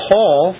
Paul